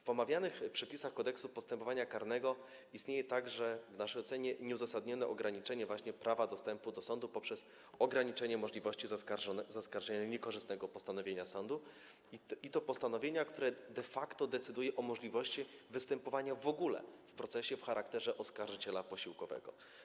W omawianych przepisach Kodeksu postępowania karnego istnieje także, w naszej ocenie, nieuzasadnione ograniczenie prawa dostępu do sądu poprzez ograniczenie możliwości zaskarżenia niekorzystnego postanowienia sądu, i to postanowienia, które de facto decyduje o możliwości występowania w ogóle w procesie w charakterze oskarżyciela posiłkowego.